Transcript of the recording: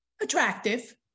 Attractive